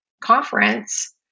conference